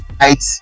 right